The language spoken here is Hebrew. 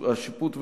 השיפוט והמינהל),